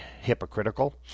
hypocritical